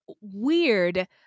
weird